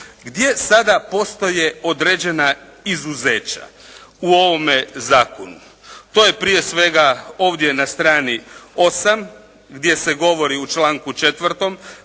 Gdje sada postoje određena izuzeća u ovome zakonu? To je prije svega ovdje na strani 8 gdje se govori u članku 4.